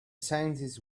scientists